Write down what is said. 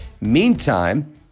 Meantime